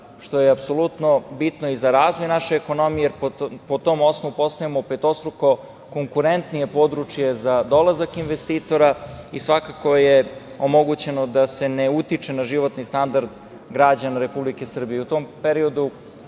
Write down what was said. što je apsolutno bitno i za razvoj naše ekonomije, jer po tom osnovu postajemo petostruko konkurentnije područje za dolazak investitora i svakako je omogućeno da se ne utiče na životni standard građana Republike Srbije.U tom periodu